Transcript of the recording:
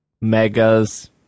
Megas